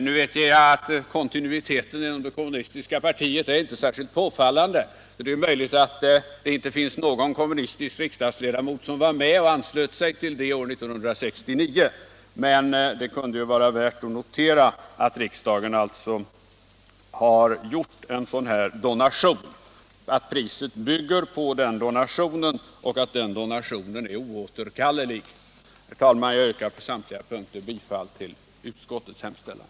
Nu vet jag att kontinuiteten inom det kommunistiska partiet inte är särskilt påfallande, och det är möjligt att det inte finns någon kommunistisk riksdagsledamot kvar som var med om beslutet år 1969, men det kan ju vara värt att notera att riksdagen alltså har gjort en sådan här donation, att priset bygger på den donationen och att donationen är oåterkallelig. Herr talman! Jag yrkar på samtliga punkter bifall till utskottets hemställan.